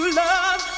love